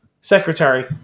secretary